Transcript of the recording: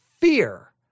fear